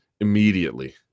Immediately